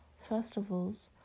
festivals